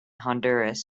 honduras